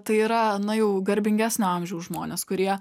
tai yra na jau garbingesnio amžiaus žmonės kurie